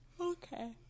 Okay